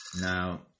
Now